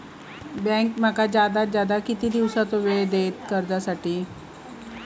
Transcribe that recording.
Bank माका जादात जादा किती दिवसाचो येळ देयीत कर्जासाठी?